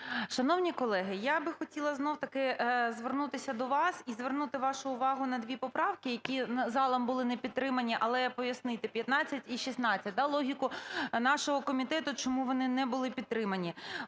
Шановні колеги, я би хотіла, знов-таки, звернутися до вас і звернути вашу увагу на дві поправки, які залом були не підтримані, але я – пояснити, 15-а і 16-а, логіку нашого комітету, чому вони не були підтримані.